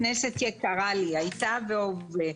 הכנסת יקרה לי, הייתה והווה.